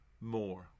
more